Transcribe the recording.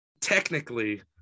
technically